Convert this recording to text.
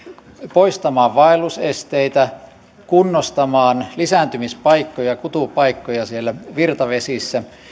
poistamaan vaellusesteitä kunnostamaan lisääntymispaikkoja kutupaikkoja siellä virtavesissä